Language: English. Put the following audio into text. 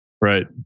Right